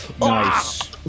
Nice